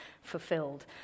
fulfilled